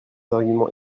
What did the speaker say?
arguments